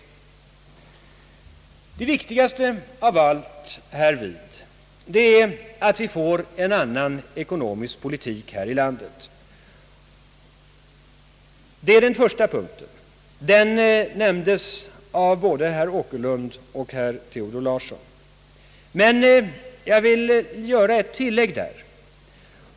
Det viktigaste av allt är därvid att vi får en annan ekonomisk politik här i landet. Det är den första punkten. Den nämndes av både herr Åkerlund och herr Nils Theodor Larsson. Men jag vill där göra ett tillägg.